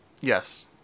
Yes